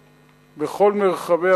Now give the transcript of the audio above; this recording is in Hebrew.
בכל מרחבי ארצנו